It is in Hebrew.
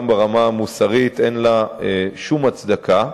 גם ברמה המוסרית אין לה שום הצדקה.